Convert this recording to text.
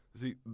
See